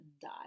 die